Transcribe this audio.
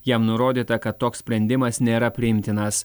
jam nurodyta kad toks sprendimas nėra priimtinas